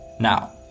Now